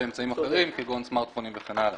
באמצעים אחרים כגון סמרטפונים וכן הלאה.